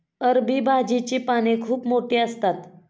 अरबी भाजीची पाने खूप मोठी असतात